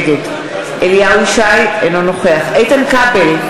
נגד אליהו ישי, אינו נוכח איתן כבל,